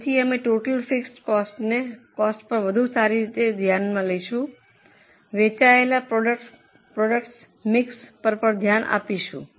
તેથી અમે total fixed કોસ્ટને વધુ સારી રીતે ધ્યાનમાં લઈશું અમે વેચાયેલા પ્રોડક્ટ મિક્સ પર પણ ધ્યાન આપીશું